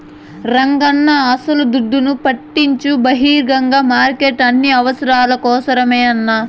రంగన్నా అస్సల దుడ్డును పుట్టించే బహిరంగ మార్కెట్లు అన్ని అవసరాల కోసరమేనన్నా